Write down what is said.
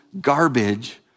garbage